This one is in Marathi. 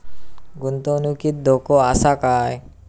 गुंतवणुकीत धोको आसा काय?